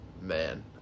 man